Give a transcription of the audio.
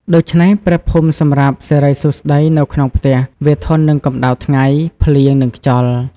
ដូច្នេះ ព្រះភូមិសម្រាប់សិរីសួស្តីនៅក្នុងផ្ទះ វាធន់នឹងកម្ដៅថ្ងៃ ភ្លៀង និងខ្យល់។